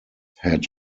had